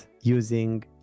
using